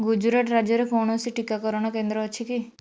ଗୁଜୁରାଟ ରାଜ୍ୟରେ କୌଣସି ଟୀକାକରଣ କେନ୍ଦ୍ର ଅଛି କି